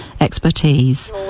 expertise